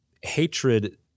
Hatred